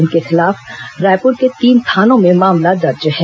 इनके खिलाफ रायपुर के तीन थानों में मामला दर्ज है